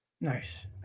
Nice